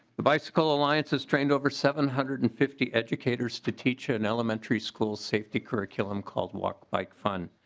bicycle alliance is trained over seven hundred and fifty educators to teach in elementary school safety curriculum called walk bike fun.